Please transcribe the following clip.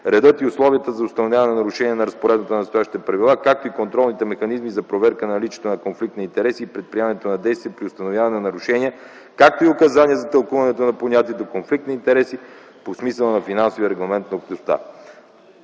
редът и условията за установяване на нарушения на разпоредбата на настоящите правила, както и контролните механизми за проверка наличието на конфликт на интереси и предприемането на действия при установяване на нарушения, както и указания за тълкуване на понятието „конфликт на интереси” по смисъла на финансовия регламент на Общността.